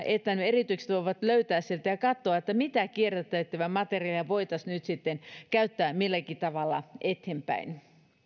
että yritykset voivat löytää sieltä ja katsoa mitä kierrätettävää materiaalia voitaisiin käyttää milläkin tavalla eteenpäin